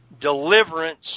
deliverance